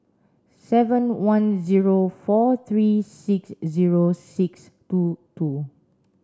seven one zero four three six zero six two two